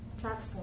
platform